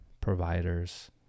providers